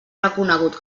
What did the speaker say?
reconegut